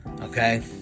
okay